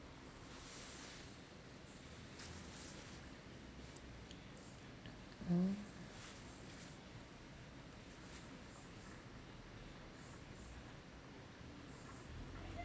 oh